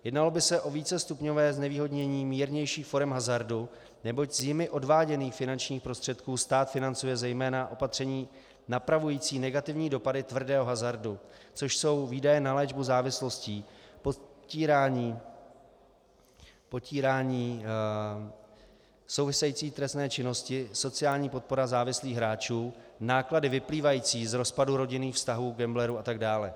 Jednalo by se o vícestupňové znevýhodnění mírnějších forem hazardu, neboť z jimi odváděných finančních prostředků stát financuje zejména opatření napravující negativní dopady tvrdého hazardu, což jsou výdaje na léčbu závislostí, potírání související trestné činnosti, sociální podpora závislých hráčů, náklady vyplývající z rozpadu rodinných vztahů gamblerů a tak dále.